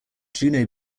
juno